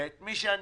את מי שאני